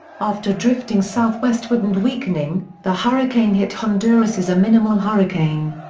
after drifting southwestward and weakening, the hurricane hit honduras as a minimal hurricane.